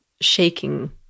shaking